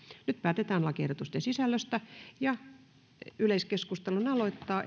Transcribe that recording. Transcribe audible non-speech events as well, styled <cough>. nyt päätetään lakiehdotuksen sisällöstä yleiskeskustelun aloittaa <unintelligible>